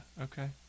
okay